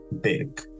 big